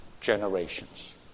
generations